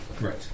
Right